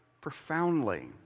profoundly